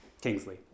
Kingsley